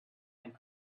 and